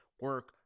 Work